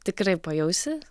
tikrai pajausi